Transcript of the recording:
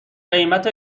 قیمت